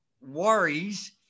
worries